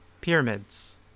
pyramids